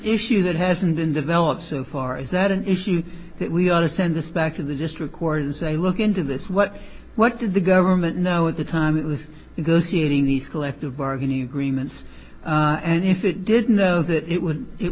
issue that hasn't been developed so far is that an issue that we ought to send this back in the district court and say look into this what what did the government know at the time it was it goes eating these collective bargaining agreements and if it didn't know that it would it